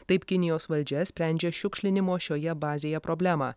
taip kinijos valdžia sprendžia šiukšlinimo šioje bazėje problemą